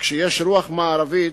וכשיש רוח מערבית,